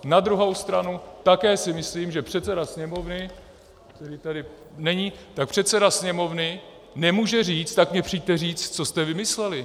Na druhou stranu také si myslím, že předseda Sněmovny , který tady není, předseda Sněmovny nemůže říct: tak mi přijďte říct, co jste vymysleli.